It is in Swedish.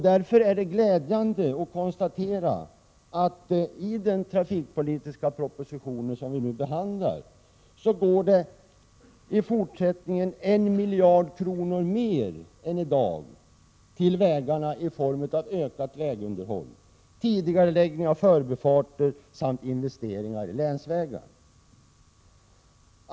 Därför är det glädjande att konstatera att det i den trafikpolitiska proposition som vi nu behandlar föreslås att det i fortsättningen skall gå 1 miljard kronor mer än i dag till vägarna i form av ökat vägunderhåll, tidigareläggning av förbifarter samt investeringar i länsvägar.